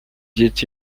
dit